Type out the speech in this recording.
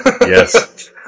Yes